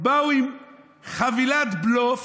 באו עם חבילת בלוף